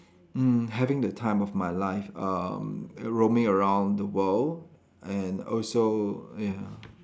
mm having the time of my life um roaming around the world and also ya